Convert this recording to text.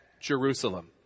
Jerusalem